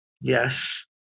Yes